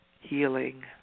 healing